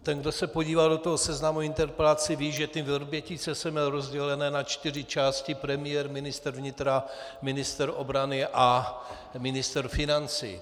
Ten, kdo se podíval do toho seznamu interpelací, ví, že ty Vrbětice jsem měl rozdělené na čtyři části premiér, ministr vnitra, ministr obrany a ministr financí.